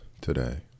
today